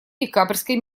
декабрьской